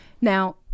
Now